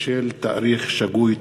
בשל תאריך שגוי.